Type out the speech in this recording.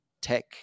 tech